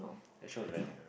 that show is very nice also